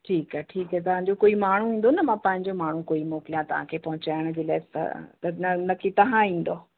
ठीकु आहे ठीकु आहे तव्हांजो कोई माण्हू हूंदो न मां पंहिंजो माण्हू कोई मोकलियां तव्हांखे पहुंचाइण जे लाइ त त न न की तव्हां ईंदव